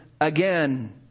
again